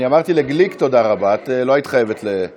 אני אמרתי לגליק תודה רבה, את לא היית חייבת, כן?